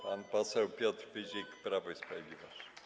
Pan poseł Piotr Pyzik, Prawo i Sprawiedliwość.